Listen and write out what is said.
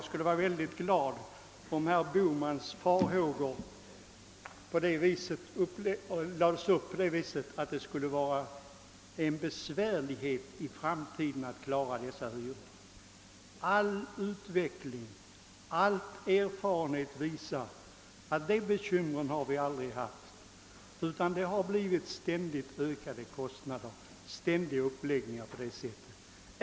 Herr talman! Herr Bohman ansåg att det skulle bli svårt att i framtiden klara hyrorna i paritetsbelånade hus. De bekymren har vi aldrig haft. Det har blivit ständigt ökade kostnader.